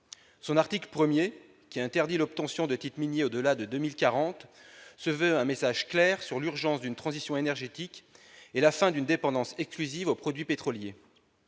Son article 1, qui interdit l'obtention de titre minier au-delà de 2040, se veut un message clair sur l'urgence d'une transition énergétique et la fin d'une dépendance exclusive aux produits pétroliers.